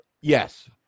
yes